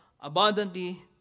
abundantly